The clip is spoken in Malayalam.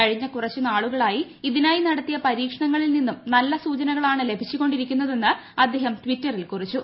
കഴിഞ്ഞ കുറച്ചു നാളുകളായി ഇതിനായി നടത്തിയ പുരുക്ഷ്യണങ്ങളിൽ നിന്നും നല്ല സൂചനകളാണ് ലഭിച്ചുകൊണ്ടിരിക്കുന്നത്തെന്ന് അദ്ദേഹം ടിറ്ററിൽ കുറിച്ചു